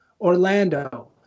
Orlando